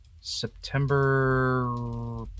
September